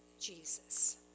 Jesus